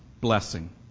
blessing